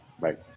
Right